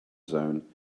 zone